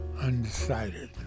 undecided